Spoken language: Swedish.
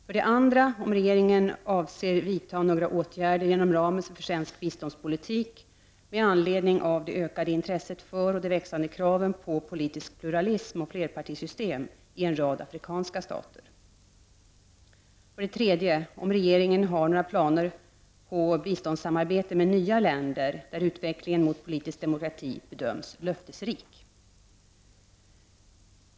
För det andra om regeringen avser vidta några åtgärder inom ramen för svensk biståndspolitik med anledning av det ökade intresset för och de växande kraven på politisk pluralism och flerpartisystem i en rad afrikanska stater. För det tredje om regeringen har några planer på biståndssamarbete med nya länder där utvecklingen mot politisk demokrat bedöms löftesrik.